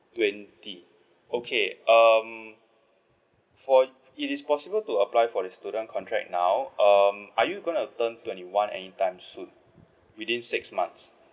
twenty okay um for it is possible to apply for the student contract now um are you gonna turn twenty one anytime soon within six months